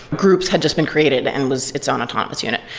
groups had just been created and was its own autonomous unit.